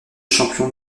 champion